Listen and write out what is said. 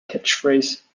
catchphrase